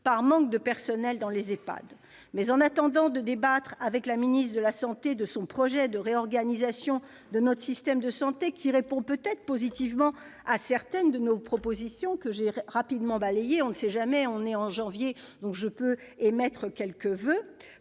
par manque de personnels dans les EHPAD. En attendant de débattre avec la ministre de la santé de son projet de réorganisation de notre système de santé, qui répond peut-être positivement à certaines de nos propositions que j'ai brièvement exposées- on ne sait jamais, je peux formuler quelques voeux